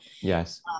Yes